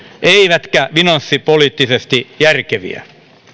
eivätkä finanssipoliittisesti järkeviä